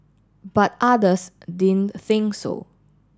but others din think so